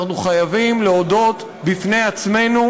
אנחנו חייבים להודות בפני עצמנו: